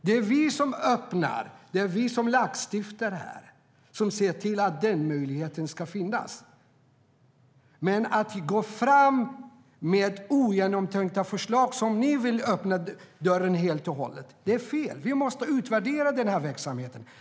Det är vi som öppnar upp, och det är vi som lagstiftar och ser till att den möjligheten finns. Men att gå fram med sådana ogenomtänkta förslag som ni vill öppna dörren för är helt och hållet fel. Vi måste utvärdera verksamheten.